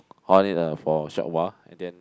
on it ah for a short while and then